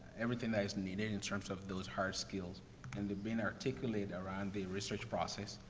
everything that is needed in terms of those hard skills and they've been articulated around the research process,